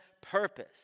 purpose